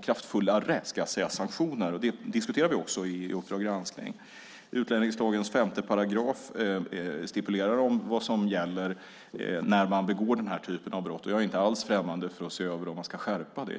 kraftfullare sanktioner. Det diskuterade vi också i Uppdrag granskning . I utlänningslagens 5 § stipuleras vad som gäller när man begår denna typ av brott. Och jag är inte alls främmande för att se över om man ska skärpa det.